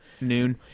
Noon